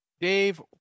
Dave